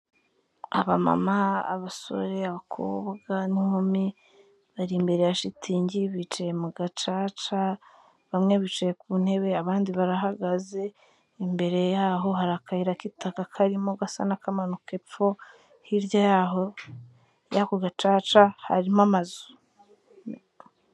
Abamama, abasore, abakobwa n'inkumi, bari imbere ya shitingi bicaye mu gacaca, bamwe bicaye ku ntebe, abandi barahagaze, imbere yaho hari akayira k'itaka karimo gasa n'akamanuka epfo, hirya y'aho y'ako gacaca harimo amazu.